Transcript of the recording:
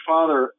Father